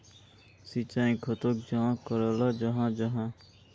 सिंचाई खेतोक चाँ कराल जाहा जाहा?